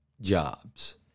jobs